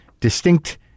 distinct